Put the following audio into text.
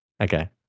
Okay